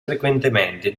frequentemente